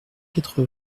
quatre